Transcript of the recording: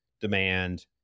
demand